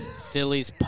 Phillies